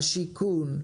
השיכון,